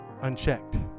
unchecked